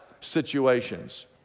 situations